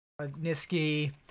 Niski